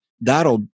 that'll